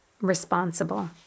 responsible